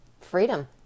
Freedom